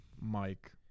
Mike